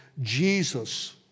Jesus